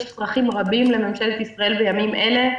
יש צרכים רבים לממשלת ישראל בימים אלה,